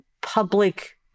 public